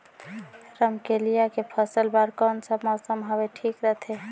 रमकेलिया के फसल बार कोन सा मौसम हवे ठीक रथे?